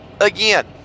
again